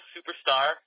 Superstar